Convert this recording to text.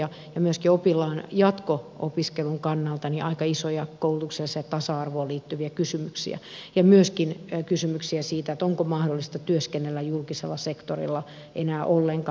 myöskin oppilailla on jatko opiskelun kannalta aika isoja koulutukselliseen tasa arvoon liittyviä kysymyksiä ja myöskin kysymyksiä siitä onko mahdollista työskennellä julkisella sektorilla enää ollenkaan